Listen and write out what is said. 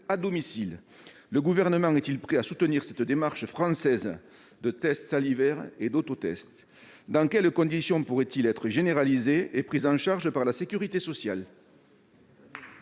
à domicile. Le Gouvernement est-il prêt à soutenir cette démarche française de tests salivaires et d'autotests ? Dans quelles conditions ces derniers pourraient-ils être généralisés et pris en charge par la sécurité sociale ?